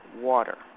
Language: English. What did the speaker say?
water